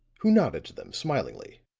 who nodded to them smilingly,